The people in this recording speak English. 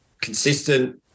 consistent